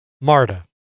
Marta